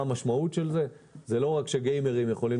המשמעות של זה היא לא רק שגיימרים יכולים